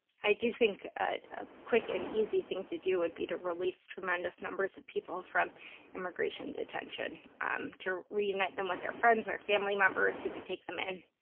i do think a ah quick and easy thing to do would be to release tremendous numbers of people from immigration detention, and to reunite them with their friends or family members who could take them in,